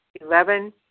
Eleven